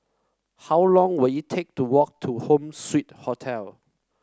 how long will it take to walk to Home Suite Hotel